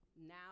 Now